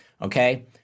okay